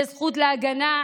יש זכות להגנה,